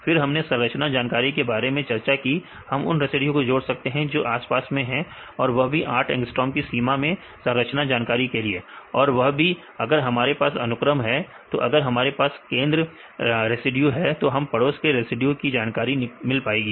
फिर हमने संरचना जानकारी के बारे में चर्चा की हम उन रेसिड्यू को जोड़ सकते हैं जो आसपास में हैं और वह भी 8 अंगस्ट्रोम की सीमा में संरचना जानकारी के लिए और वह भी अगर हमारे पास अनुक्रम है तो अगर हमारे पास केंद्र रेसिड्यू है तो हमें पड़ोस के रेसिड्यू की जानकारी मिल जाएगी